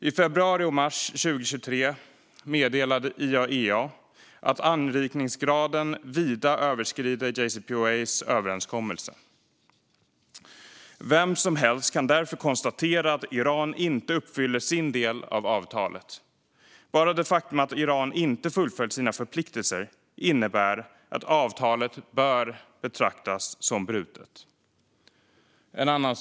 I februari och mars 2023 meddelade IAEA att anrikningsgraden vida överskrider JCPOA:s överenskommelse. Vem som helst kan därför konstatera att Iran inte uppfyller sin del av avtalet. Redan det faktum att Iran inte fullföljt sina förpliktelser innebär att avtalet bör betraktas som brutet. Fru talman!